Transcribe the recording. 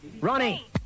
Ronnie